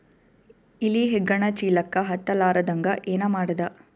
ಇಲಿ ಹೆಗ್ಗಣ ಚೀಲಕ್ಕ ಹತ್ತ ಲಾರದಂಗ ಏನ ಮಾಡದ?